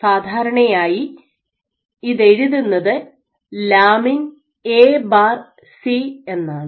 സാധാരണയായി ഇതെഴുതുന്നത് lamin AC Lamin AC എന്നാണ്